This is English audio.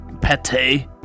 pate